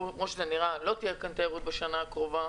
כפי שזה נראה, לא תהיה פה תיירות בשנה הקרובה.